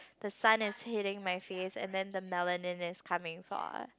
the sun is hitting my face and then the melanin is coming far